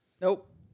Nope